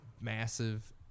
massive